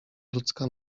ludzka